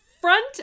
front